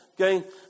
Okay